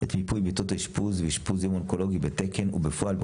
את מיפוי מיטות האשפוז ואשפוז יום אונקולוגי בתקן ובפועל,